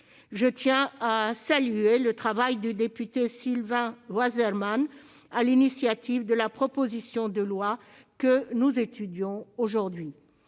Je tiens à saluer le travail du député Sylvain Waserman, à qui revient l'initiative de la proposition de loi que nous étudions aujourd'hui.